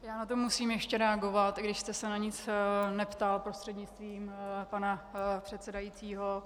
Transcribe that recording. Já na to musím ještě reagovat, i když jste se na nic neptal, prostřednictvím pana předsedajícího.